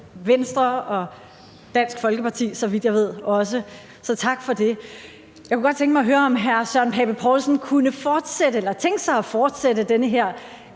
jeg ved også Dansk Folkeparti, så tak for det. Jeg kunne godt tænke mig at høre, om hr. Søren Pape Poulsen kunne tænke sig at fortsætte den her